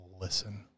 listen